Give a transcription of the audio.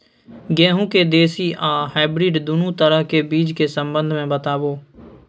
गेहूँ के देसी आ हाइब्रिड दुनू तरह के बीज के संबंध मे बताबू?